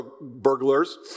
burglars